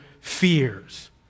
fears